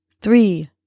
three